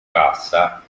passa